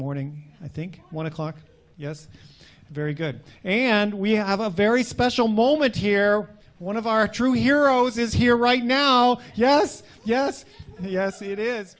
morning i think one o'clock yes very good and we have a very special moment here where one of our true heroes is here right now yes yes yes it is